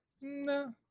No